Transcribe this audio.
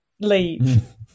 leave